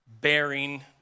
bearing